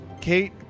Kate